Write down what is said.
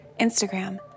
Instagram